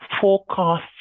forecast